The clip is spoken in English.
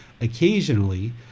occasionally